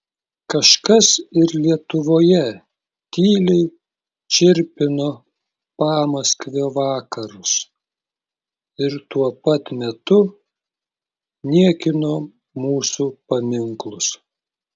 kažkas ir lietuvoje tyliai čirpino pamaskvio vakarus ir tuo pat metu niekino mūsų paminklus